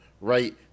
right